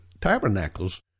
tabernacles